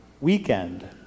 weekend